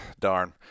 Darn